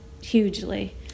hugely